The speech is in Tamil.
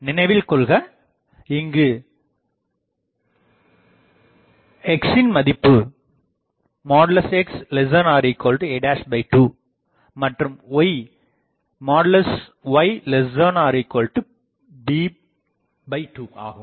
நினைவில்கொள்க இங்கு xa2 மற்றும் yb2 ஆகும்